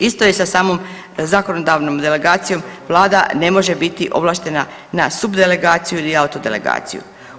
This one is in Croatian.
Isto je samom zakonodavnom delegacijom Vlada ne može biti ovlaštena na subdelegaciju ili autodelegaciju.